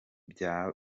bya